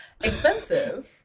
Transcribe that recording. Expensive